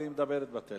והיא מדברת בטלפון.